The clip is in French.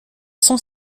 sont